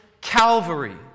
Calvary